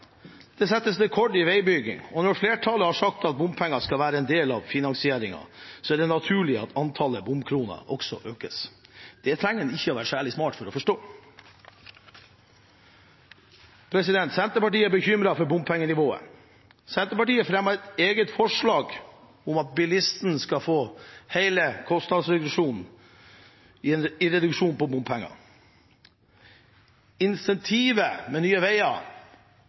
Det settes rekord i veibygging. Når flertallet har sagt at bompenger skal være en del av finansieringen, er det naturlig at antallet bomkroner også økes. Det trenger man ikke være særlig smart for å forstå. Senterpartiet er bekymret for bompengenivået. Senterpartiet fremmer et eget forslag om at bilistene skal få hele kostnadsreduksjonen gjennom reduksjon i bompenger. Incentivet med Nye Veier